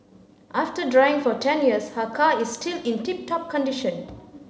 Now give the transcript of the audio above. after driving for ten years her car is still in tip top condition